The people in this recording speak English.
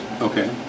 Okay